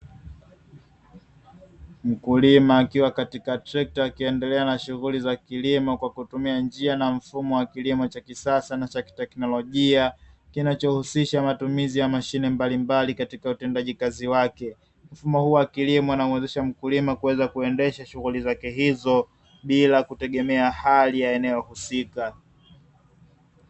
Mkulima akiwa katika trekta akiendelea na shughuli za kilimo kwa kutumia njia na mfumo wa kilimo cha kisasa na cha kiteknolojia, kinachohusisha matumizi ya mashine mbalimbali katika utendaji kazi wake. mfumo huu wa kilimo unamwezesha mkulima kuweza kuendesha shughuli zake hizo bila kutegemea hali ya eneo husika.